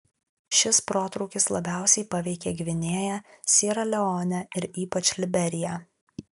šis protrūkis labiausiai paveikė gvinėją siera leonę ir ypač liberiją